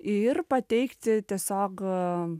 ir pateikti tiesiog